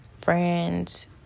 Friends